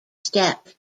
step